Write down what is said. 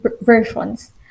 versions